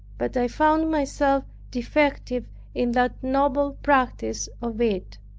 but i found myself defective in that noble practice of it.